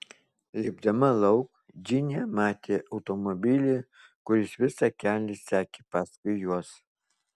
lipdama lauk džinė matė automobilį kuris visą kelią sekė paskui juos